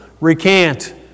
Recant